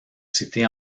cités